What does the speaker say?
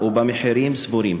ובמחירים סבירים?